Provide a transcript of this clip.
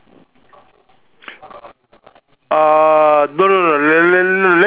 uh no let